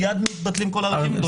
מייד מתבטלים כל ההליכים,